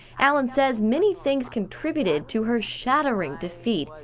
alan says many things contributed to her shattering defeat,